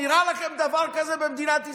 נראה לכם דבר כזה במדינת ישראל?